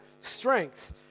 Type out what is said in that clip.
strength